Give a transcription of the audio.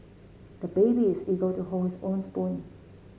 the baby is eager to hold his own spoon